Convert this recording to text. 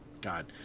God